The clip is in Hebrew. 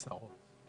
עשרות.